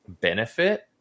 benefit